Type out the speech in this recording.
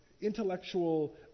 Intellectual